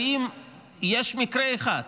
האם יש מקרה אחד